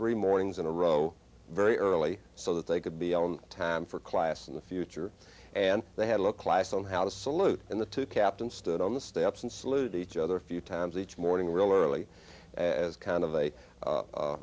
three mornings in a row very early so that they could be on time for class in the future and they had a look class on how to salute and the captain stood on the steps and salute each other a few times each morning real or early as kind of a